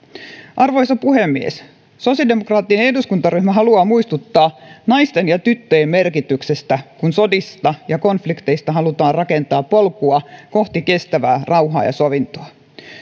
arvoisa puhemies sosiaalidemokraattinen eduskuntaryhmä haluaa muistuttaa naisten ja tyttöjen merkityksestä kun sodista ja konflikteista halutaan rakentaa polkua kohti kestävää rauhaa ja sovintoa